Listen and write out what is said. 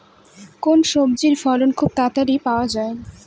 কোন সবজির ফলন খুব তাড়াতাড়ি পাওয়া যায়?